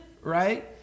right